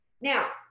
Now